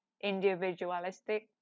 individualistic